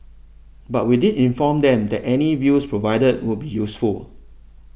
but we did inform them that any views provided would be useful